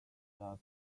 does